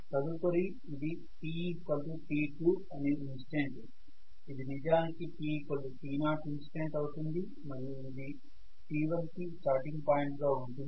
తదుపరి ఇది t t2 అనే ఇన్స్టంట్ ఇది నిజానికి t t0 ఇన్స్టంట్ అవుతుంది మరియు ఇది t1కి స్టార్టింగ్ పాయింట్ గా ఉంటుంది